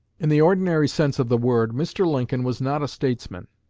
in the ordinary sense of the word, mr. lincoln was not a statesman.